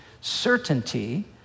certainty